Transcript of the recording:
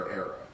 era